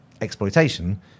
exploitation